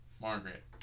Margaret